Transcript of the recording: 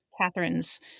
Catherine's